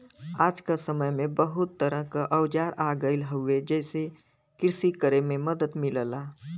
आज क समय में बहुत तरह क औजार आ गयल हउवे जेसे कृषि करे में मदद मिलला